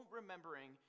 remembering